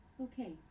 okay